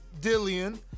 Dillian